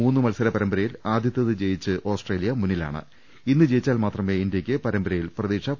മൂന്ന് മത്സര ങ്ങളുടെ പരമ്പരയിൽ ആദ്യത്തേത് ജയിച്ച് ഓസ്ട്രേലിയ മുന്നിലാ ഇന്നു ജയിച്ചാൽ മാത്രമേ ഇന്ത്യക്ക് പരമ്പരയിൽ പ്രതീക്ഷ ണ്